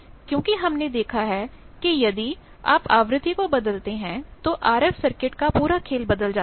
क्योंकि हमने देखा है कि यदि आप आवृत्ति को बदलते हैं तो आरएफ सर्किट का पूरा खेल बदल जाता है